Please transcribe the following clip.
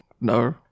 no